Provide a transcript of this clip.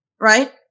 right